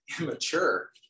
immature